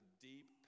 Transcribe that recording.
deep